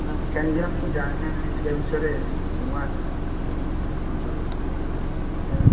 ନା କାହିଁକିନା ମୁଁ ଜାଣିନି ଏଠିକା ବିଷୟରେ ନୂଆଁ ଆସିଛି ଆପଣଙ୍କ ଅଞ୍ଚଳକୁ ସେଇଥିପାଇଁ